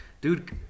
Dude